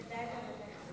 עשרה בעד,